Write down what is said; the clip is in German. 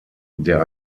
der